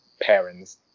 parents